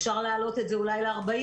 כזאת אפשר להעלות את זה אולי ל-40%.